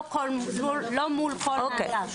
לא מול כל מאגר,